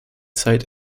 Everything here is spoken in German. zeit